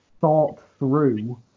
thought-through